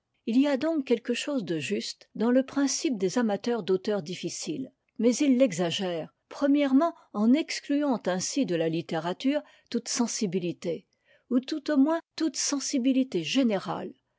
il y a donc quelque chose de juste dans le principe des amateurs d'auteurs difficiles mais ils l'exagèrent premièrement en excluant ainsi de la littérature toute sensibilité ou tout au moins toute sensibilité générale